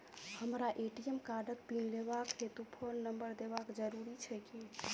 हमरा ए.टी.एम कार्डक पिन लेबाक हेतु फोन नम्बर देबाक जरूरी छै की?